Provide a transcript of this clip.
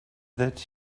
that